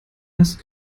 erst